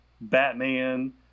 Batman